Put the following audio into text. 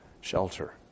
shelter